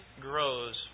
grows